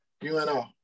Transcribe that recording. UNO